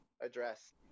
address